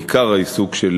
עיקר העיסוק של